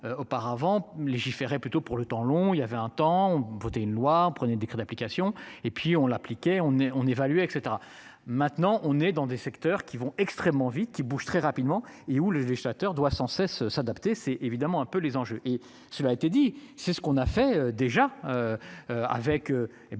auparavant légiférer plutôt pour le temps long. Il y avait un temps ont voté une loi en prenait décret d'application et puis on l'appliquait on est on évaluait et etc maintenant on est dans des secteurs qui vont extrêmement vite qui bouge très rapidement et où les législateurs doit sans cesse s'adapter, c'est évidemment un peu les enjeux et cela a été dit, c'est ce qu'on a fait déjà. Avec,